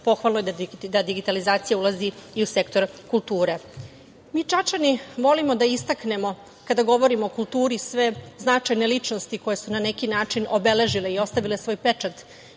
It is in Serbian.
pohvalno je da digitalizacija ulazi i u sektor kulture. Mi Čačani volimo da istaknemo kada govorimo o kulturi sve značajne ličnosti koje su na neki način obeležile i ostavile svoj pečat